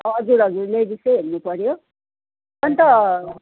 हजुर हजुर लेडिसै हुनुपऱ्यो अन्त